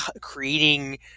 creating